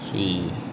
three